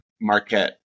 Marquette